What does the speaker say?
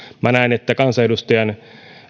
minä näen että kansanedustajan